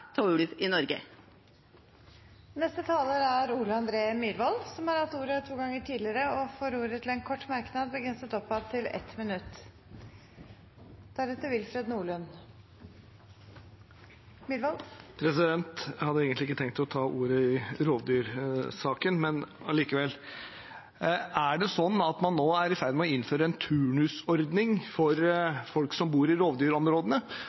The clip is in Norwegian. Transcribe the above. to ganger tidligere og får ordet til en kort merknad, begrenset til 1 minutt. Jeg hadde egentlig ikke tenkt å ta ordet i rovdyrsaken, men likevel: Er det sånn at man nå er i ferd med å innføre en turnusordning for folk som bor i